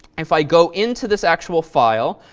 if i go into this actual file,